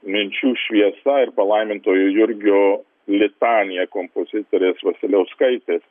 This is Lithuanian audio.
minčių šviesa ir palaimintojo jurgio litanija kompozitorės vasiliauskaitės